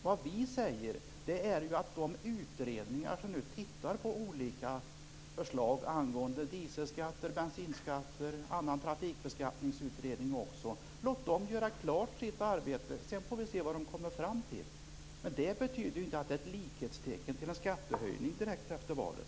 Vad vi säger är ju: Låt de utredningar som nu tittar på olika förslag angående dieselskatter, bensinskatter och annan trafikbeskattning göra klart sitt arbete! Sedan får vi se vad de kommer fram till. Det är ju inte samma sak som att det blir en skattehöjning direkt efter valet.